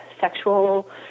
sexual